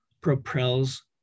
propels